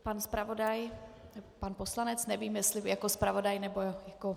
Pan zpravodaj, pan poslanec, nevím, jestli jako zpravodaj nebo jako...